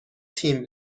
تیم